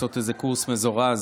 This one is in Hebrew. לעשות איזה קורס מזורז